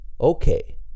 Okay